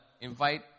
invite